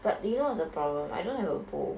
but do you know the problem I don't have a bowl